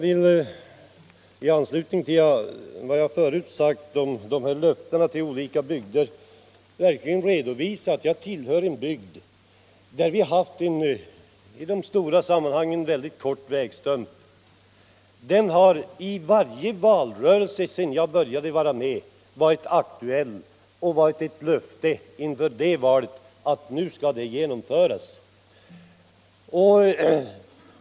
I anslutning till vad jag förut sagt om löftena till olika bygder vill jag redovisa en sådan händelse eftersom jag tillhör en sådan bygd där vi haft en mycket kort vägstump. Den har i varje valrörelse, sedan jag började vara med, varit aktuell och man har lovat att nu skall den byggas ut.